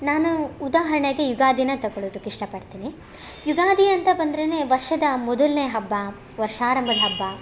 ನಾನು ಉದಾಹರಣೆಗೆ ಯುಗಾದಿನೇ ತೊಗೊಳೋದಕ್ಕೆ ಇಷ್ಟಪಡ್ತೀನಿ ಯುಗಾದಿ ಅಂತ ಬಂದರೇನೇ ವರ್ಷದ ಮೊದಲನೇ ಹಬ್ಬ ವರ್ಷಾರಂಭದ್ ಹಬ್ಬ